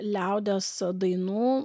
liaudies dainų